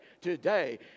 today